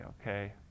okay